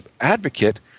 advocate